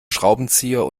schraubenzieher